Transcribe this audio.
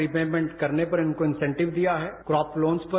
repayment करने पर इनको इनसेटिव दिया है क्रॉप लॉन्स पर